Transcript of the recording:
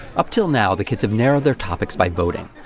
up til now, the kids have narrowed their topics by voting,